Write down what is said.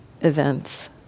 events